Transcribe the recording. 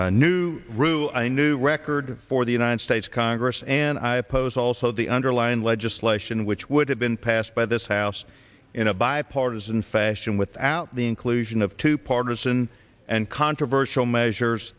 a new rule a new record for the united states congress and i oppose also the underlying legislation which would have been passed by this house in a bipartisan fashion without the inclusion of two partisan and controversial measures